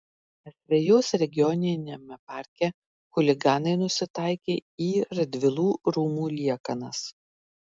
asvejos regioniniame parke chuliganai nusitaikė į radvilų rūmų liekanas